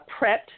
prepped